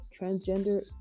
transgender